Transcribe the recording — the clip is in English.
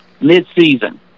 mid-season